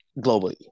globally